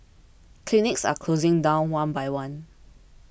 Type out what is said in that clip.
clinics are closing down one by one